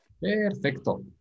perfecto